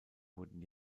wurden